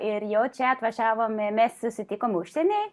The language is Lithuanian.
ir jau čia atvažiavom mes susitikom užsieny